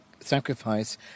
sacrifice